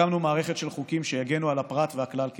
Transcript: הקמנו מערכת של חוקים שיגנו על הפרט והכלל כאחד.